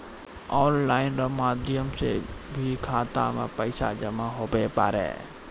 online रो माध्यम से भी खाता मे पैसा जमा हुवै पारै